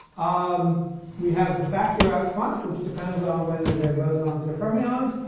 um we have the factor out front which depends on whether they're bosons or fermions.